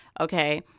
okay